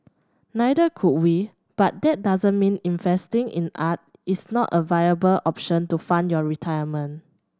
neither could we but that doesn't mean investing in art is not a viable option to fund your retirement